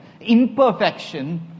Imperfection